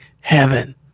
heaven